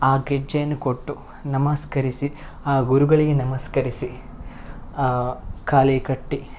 ಆ ಗೆಜ್ಜೆಯನ್ನು ಕೊಟ್ಟು ನಮಸ್ಕರಿಸಿ ಆ ಗುರುಗಳಿಗೆ ನಮಸ್ಕರಿಸಿ ಕಾಲಿಗೆ ಕಟ್ಟಿ